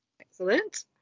Excellent